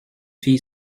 fille